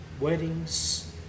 weddings